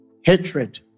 hatred